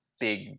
big